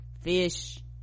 fish